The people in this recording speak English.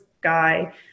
guy